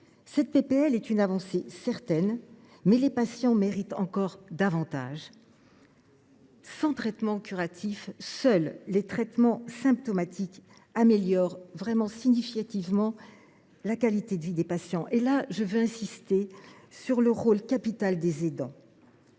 de loi est une avancée certaine, mais les patients méritent encore davantage. Sans traitement curatif, seuls les traitements symptomatiques améliorent vraiment significativement la qualité de vie des patients. À ce titre, je veux insister sur le rôle capital des aidants.